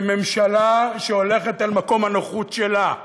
בממשלה שהולכת אל מקום הנוחות שלה בהסתה,